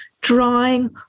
drawing